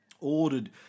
ordered